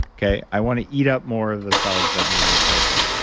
okay, i want to eat up more of the cells that need replacing.